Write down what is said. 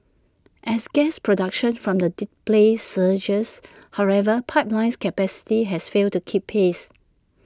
as gas production from the Di play surges however pipelines capacity has failed to keep pace